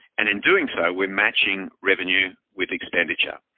and in doing so, we're matching revenue with expenditure.